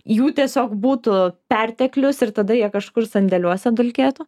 jų tiesiog būtų perteklius ir tada jie kažkur sandėliuose dulkėtų